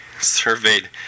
surveyed